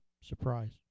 surprise